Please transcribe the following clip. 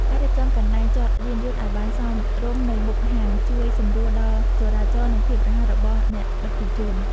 ការរៀបចំកន្លែងចតយានយន្តឱ្យបានសមរម្យនៅមុខហាងជួយសម្រួលដល់ចរាចរណ៍ និងភាពរហ័សរបស់អ្នកដឹកជញ្ជូន។